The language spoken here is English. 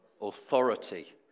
Authority